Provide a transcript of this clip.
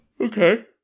okay